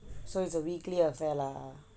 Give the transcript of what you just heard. so it's a weekly affair lah